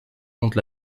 compte